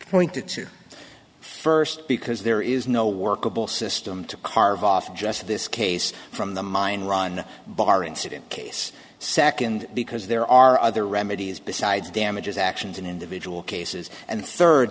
pointed to first because there is no workable system to carve off just this case from the mine run bar incident case second because there are other remedies besides damages actions in individual cases and third